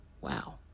Wow